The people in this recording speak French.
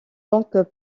donc